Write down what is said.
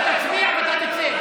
אתה תצביע ואתה תצא.